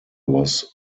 was